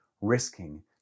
risking